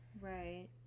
Right